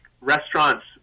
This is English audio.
restaurants